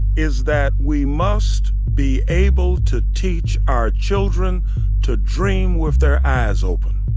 is that we must be able to teach our children to dream with their eyes open,